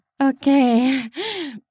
Okay